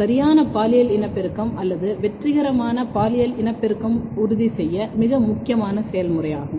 சரியான பாலியல் இனப்பெருக்கம் அல்லது வெற்றிகரமான பாலியல் இனப்பெருக்கம் உறுதி செய்ய மிக முக்கியமான செயல்முறையாகும்